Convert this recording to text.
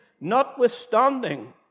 notwithstanding